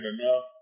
enough